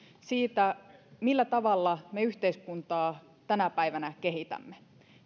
siitä millä tavalla me yhteiskuntaa tänä päivänä kehitämme